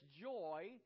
joy